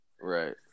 Right